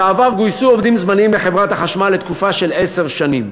בעבר גויסו עובדים זמניים לחברת החשמל לתקופה של עשר שנים.